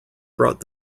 brought